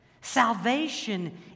Salvation